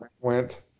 Went